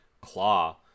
Claw